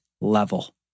level